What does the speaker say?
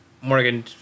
Morgan